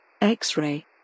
X-ray